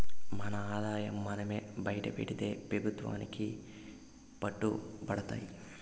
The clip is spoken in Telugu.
మన ఆదాయం మనమే బైటపెడితే పెబుత్వానికి పట్టు బడతాము